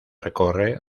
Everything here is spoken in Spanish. recorre